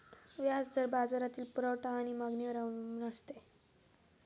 व्याज दर बाजारातील पुरवठा आणि मागणीवर अवलंबून असतो